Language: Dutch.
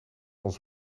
ons